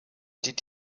did